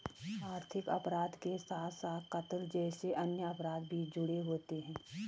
आर्थिक अपराध के साथ साथ कत्ल जैसे अन्य अपराध भी जुड़े होते हैं